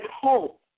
hope